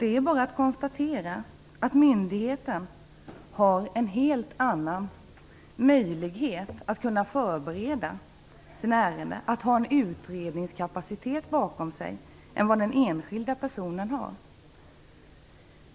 Det är bara att konstatera att myndigheten har en helt annan möjlighet att förbereda sina ärenden - man har en utredningskapacitet bakom sig - än vad den enskilda personen har.